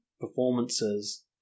performances